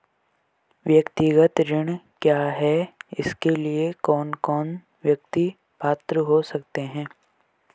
व्यक्तिगत ऋण क्या है इसके लिए कौन कौन व्यक्ति पात्र हो सकते हैं?